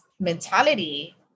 mentality